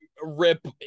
rip